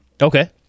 okay